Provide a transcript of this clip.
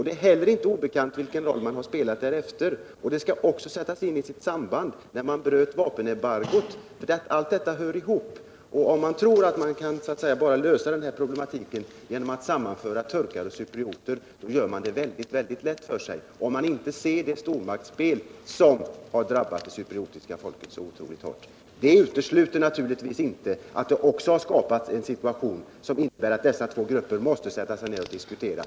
Det är heller inte obekant vilken roll USA har spelat därefter — brytandet av vapenembargot var nästa steg. Om man tror att man kan lösa de här problemen genom att sammanföra turkar och cyprioter, och om man inte ser det stormaktsspel som har drabbat det cypriotiska folket så otroligt hårt, gör man det mycket lätt för sig. Detta utesluter naturligtvis inte att det också har skapats en situation som gör att de två grupperna måste sätta sig ned och diskutera.